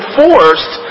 forced